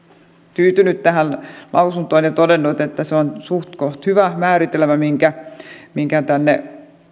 tyytynyt tähän lausuntoon ja todennut että se on suhtkoht hyvä määritelmä mikä tänne